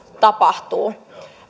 tapahtuu